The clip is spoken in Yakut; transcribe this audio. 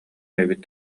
эбит